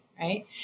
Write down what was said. Right